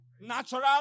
Natural